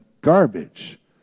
garbage